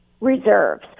reserves